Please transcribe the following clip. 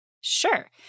Sure